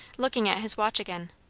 looking at his watch again.